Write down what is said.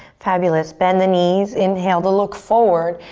fabulous, bend the knees. inhale to look forward,